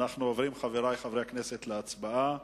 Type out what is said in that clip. חברי חברי הכנסת, אנחנו עוברים להצבעה.